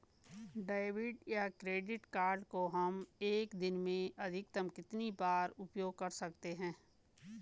Debit या credit card को हम एक दिन में अधिकतम कितनी बार प्रयोग कर सकते हैं?